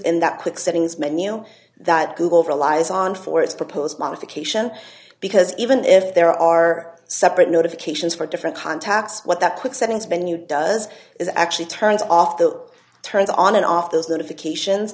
in that click settings menu that google relies on for its proposed modification because even if there are separate notifications for different contacts what that click settings menu does is actually turns off the turns on and off those notifications